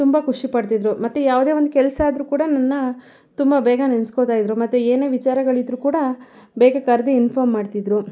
ತುಂಬ ಖುಷಿ ಪಡ್ತಿದ್ರು ಮತ್ತೆ ಯಾವುದೇ ಒಂದು ಕೆಲ್ಸ ಆದ್ರು ಕೂಡ ನನ್ನ ತುಂಬ ಬೇಗ ನೆನ್ಸ್ಕೊಳ್ತಾ ಇದ್ದರು ಮತ್ತೆ ಏನೇ ವಿಚಾರಗಳಿದ್ದರು ಕೂಡ ಬೇಗ ಕರ್ದು ಇನ್ಫಾರ್ಮ್ ಮಾಡ್ತಿದ್ದರು